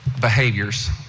Behaviors